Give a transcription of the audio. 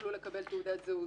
יוכלו לקבל תעודת זהות